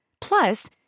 Plus